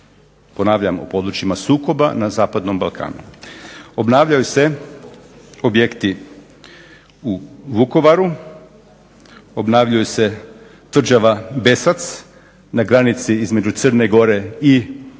Ponavljam, u područjima sukoba na zapadnom Balkanu. Obnavljaju se objekti u Vukovaru, obnavlja se tvrđava Besac na granici između Crne Gore i